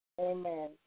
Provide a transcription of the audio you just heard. Amen